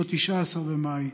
ב-19 במאי,